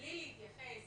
בלי להתייחס,